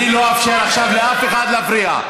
אני לא אאפשר עכשיו לאף אחד להפריע.